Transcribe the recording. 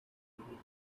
already